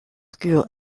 school